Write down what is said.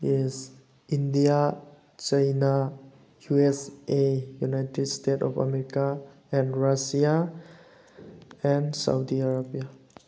yes India China U S A united state of America and Russia and Saudi Arabia